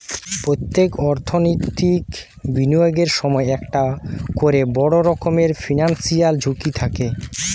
পোত্তেক অর্থনৈতিক বিনিয়োগের সময়ই একটা কোরে বড় রকমের ফিনান্সিয়াল ঝুঁকি থাকে